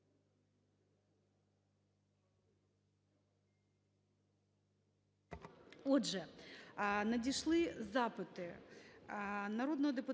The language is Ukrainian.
Отже, надійшли запити: Народного депутата